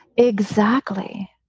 exactly.